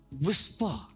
whisper